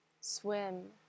swim